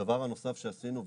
הדבר הנוסף שעשינו,